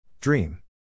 Dream